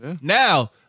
Now